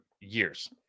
years